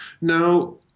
now